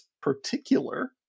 particular